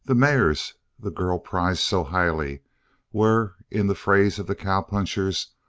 the mares the girl prized so highly were, in the phrase of the cowpunchers,